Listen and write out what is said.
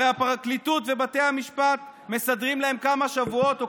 הרי הפרקליטות ובתי המשפט מסדרים להם כמה שבועות או